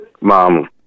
Mom